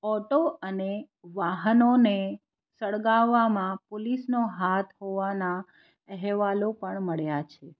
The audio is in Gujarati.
ઓટો અને વાહનોને સળગાવવામાં પોલીસનો હાથ હોવાના અહેવાલો પણ મળ્યા છે